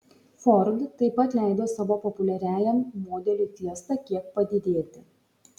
ford taip pat leido savo populiariajam modeliui fiesta kiek padidėti